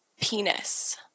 penis